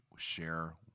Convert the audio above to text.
share